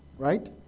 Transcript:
Right